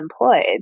employed